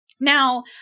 Now